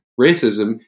racism